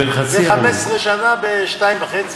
בין 0.5% ל-15 שנה ב-2.5%.